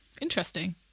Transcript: Interesting